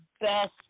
best